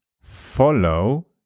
follow